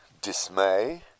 dismay